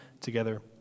together